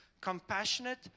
Compassionate